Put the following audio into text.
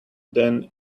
than